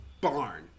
barn